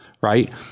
right